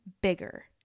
bigger